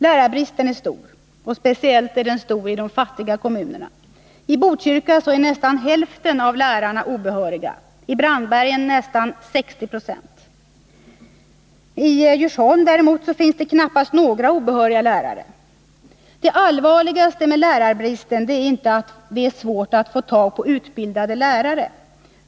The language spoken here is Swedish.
Lärarbristen är stor — speciellt i de fattiga kommunerna. I Botkyrka är nästan hälften av lärarna obehöriga — i Brandbergen nästan 60 960. I Djursholm däremot finns det knappast några obehöriga lärare. Det allvarligaste med lärarbristen är inte att det är svårt att få tag på utbildade lärare.